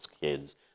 kids